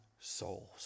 souls